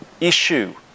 issue